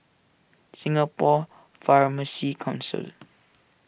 Singapore Pharmacy Council